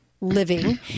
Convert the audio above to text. living